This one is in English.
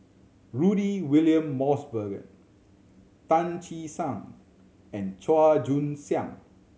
Rudy William Mosbergen Tan Che Sang and Chua Joon Siang